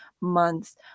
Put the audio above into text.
months